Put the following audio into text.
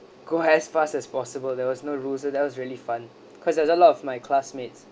go as fast as possible there was no rules so that was really fun cause there's a lot of my classmates